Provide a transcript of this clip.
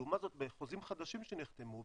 לעומת זאת בחוזים חדשים שנחתמו,